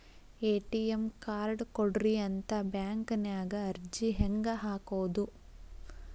ATM card ಕೊಡ್ರಿ ಅಂತ bank ನ್ಯಾಗ ಅರ್ಜಿ ಹೆಂಗ ಹಾಕೋದು?